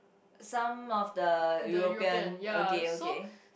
some of the European okay okay